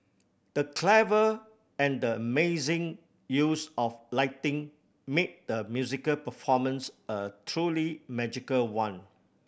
the clever and amazing use of lighting made the musical performance a truly magical one